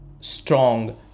strong